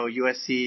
usc